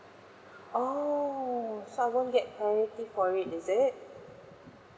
oh so I won't get priority for it is it